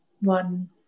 one